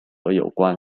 有关